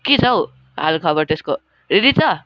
के छौ हाल खबर त्यसको रेडी छ